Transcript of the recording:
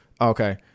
Okay